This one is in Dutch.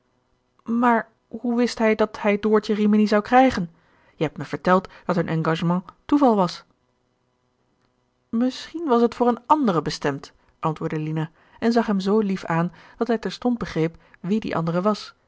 maar hoe wist hij dat hij doortje rimini zou krijgen je hebt me verteld dat hun engagement toeval was misschien was het voor eene andere bestemd antwoordde lina en zag hem zoo lief aan dat hij terstond begreep wie die andere was